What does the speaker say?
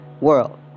world